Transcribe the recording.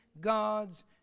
God's